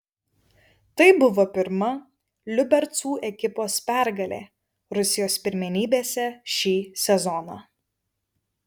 tai buvo pirma liubercų ekipos pergalė rusijos pirmenybėse šį sezoną